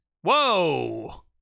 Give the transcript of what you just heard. Whoa